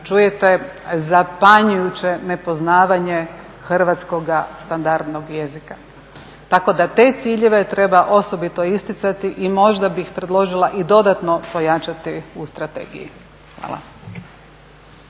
čujete zapanjujuće nepoznavanje hrvatskoga standardnog jezika, tako da te ciljeve treba osobito isticati i možda bih predložila i dodatno pojačati u strategiji. Hvala.